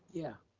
yeah.